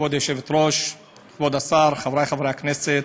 כבוד היושבת-ראש, כבוד השר, חבריי חברי הכנסת,